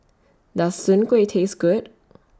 Does Soon Kuih Taste Good